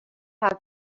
have